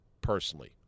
personally